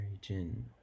gin